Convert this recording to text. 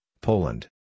Poland